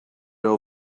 over